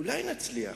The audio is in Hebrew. אולי נצליח